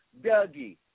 Dougie